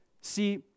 See